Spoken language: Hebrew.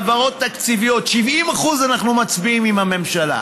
העברות תקציביות: ב-70% אנחנו מצביעים עם הממשלה,